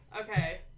Okay